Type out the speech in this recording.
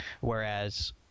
whereas